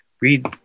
read